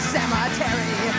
Cemetery